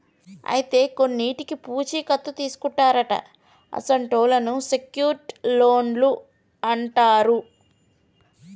అయితే కొన్నింటికి పూచీ కత్తు తీసుకుంటారట అసొంటి లోన్లను సెక్యూర్ట్ లోన్లు అంటారు